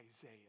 Isaiah